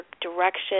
direction